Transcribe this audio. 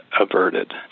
averted